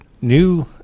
new